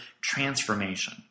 transformation